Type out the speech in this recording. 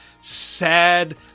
sad